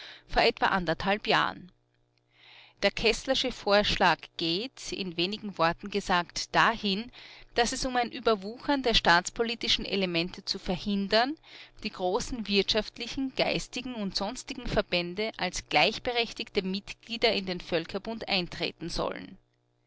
vor etwa anderthalb jahren der kesslersche vorschlag geht in wenigen worten gesagt dahin daß um ein überwuchern der staatspolitischen elemente zu verhindern die großen wirtschaftlichen geistigen und sonstigen verbände als gleichberechtigte mitglieder in den völkerbund eintreten sollen